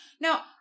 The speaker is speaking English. Now